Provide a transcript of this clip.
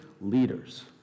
leaders